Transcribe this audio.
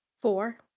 Four